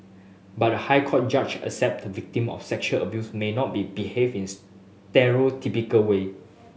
but the High Court judge accept the victim of sexual abuse may not be behave in stereotypical way